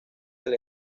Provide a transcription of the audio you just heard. del